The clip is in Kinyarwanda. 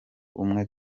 umwe